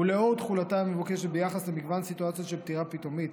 ולאור תחולתה המבוקשת ביחס למגוון סיטואציות של פטירה פתאומית,